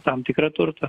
tam tikrą turtą